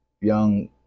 young